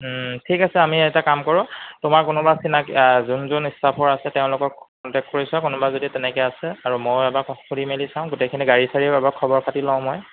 ঠিক আছে আমি এটা কাম কৰোঁ তোমাৰ কোনোবা চিনাক যোন যোন ষ্টাফৰ আছে তেওঁলোকক কণ্টেক্ট কৰি চোৱা কোনোবা যদি তেনেকৈ আছে আৰু মই এবাৰ সুধি মেলি চাওঁ গোটেইখিনি গাড়ী চাড়ীও অলপ খবৰ খাতি লওঁ মই